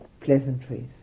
pleasantries